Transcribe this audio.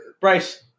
Bryce